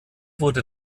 wurde